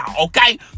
okay